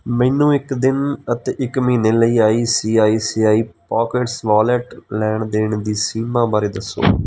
ਮੈਨੂੰ ਇੱਕ ਦਿਨ ਅਤੇ ਇੱਕ ਮਹੀਨੇ ਲਈ I C I C I pockets wallet ਲੈਣ ਦੇਣ ਦੀ ਸੀਮਾ ਬਾਰੇ ਦੱਸੋ